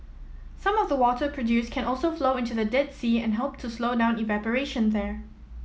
some of the water produced can also flow into the Dead Sea and help to slow down evaporation there